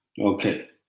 Okay